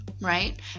right